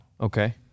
Okay